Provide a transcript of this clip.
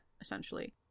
essentially